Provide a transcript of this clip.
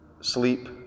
sleep